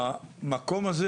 המקום הזה,